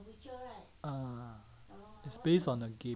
ah it's based on a game